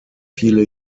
viele